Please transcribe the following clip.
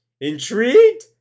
Intrigued